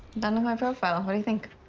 done with my profile. what do you think?